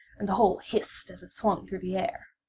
and the whole hissed as it swung through the air.